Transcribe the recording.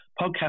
podcast